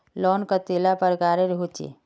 Loan कतेला प्रकारेर होचे?